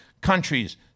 countries